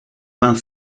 vingt